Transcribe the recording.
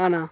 ஆ அண்ணா